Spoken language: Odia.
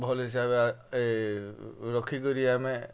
ଭଲ୍ ହିସାବେ ରଖିକରି ଆମେ